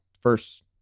first